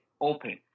open